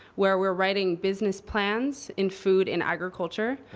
where we're writing business plans in food and agriculture.